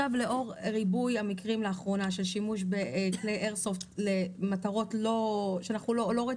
לאור ריבוי המקרים לאחרונה של שימוש בכלי איירסופט למטרות לא רצויות,